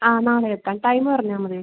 അ നാളെ എത്താം ടൈം പറഞ്ഞാമതി